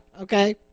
okay